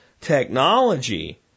technology